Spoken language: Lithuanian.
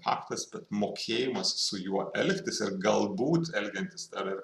aktas bet mokėjimas su juo elgtis ir galbūt elgiantis dar ir